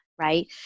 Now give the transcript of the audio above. right